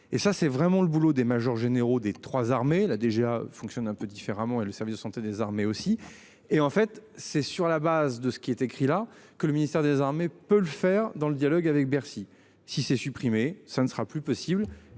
et ça c'est vraiment le boulot des majors généraux des 3 armées la DGA fonctionne un peu différemment et le service de santé des armées aussi et en fait c'est sur la base de ce qui est écrit là que le ministère des Armées peut le faire dans le dialogue avec Bercy si c'est supprimé, ça ne sera plus possible,